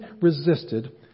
resisted